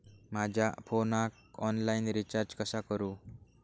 माझ्या फोनाक online recharge कसा करू?